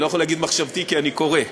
אני לא יכול להגיד מחשבתי, כי אני קורא.